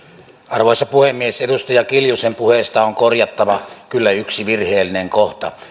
arvoisa puhemies edustaja kiljusen puheesta on korjattava kyllä yksi virheellinen kohta